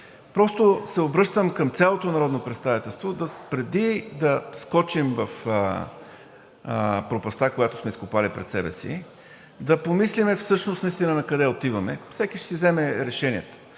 просто се обръщам към цялото народно представителство, преди да скочим в пропастта, която сме изкопали пред себе си, да помислим всъщност наистина накъде отиваме. Всеки ще си вземе решенията,